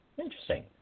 Interesting